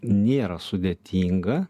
nėra sudėtinga